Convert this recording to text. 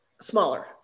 smaller